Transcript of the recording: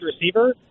receiver